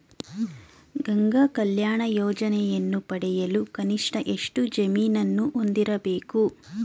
ಗಂಗಾ ಕಲ್ಯಾಣ ಯೋಜನೆಯನ್ನು ಪಡೆಯಲು ಕನಿಷ್ಠ ಎಷ್ಟು ಜಮೀನನ್ನು ಹೊಂದಿರಬೇಕು?